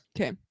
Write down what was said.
Okay